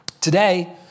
Today